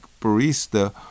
barista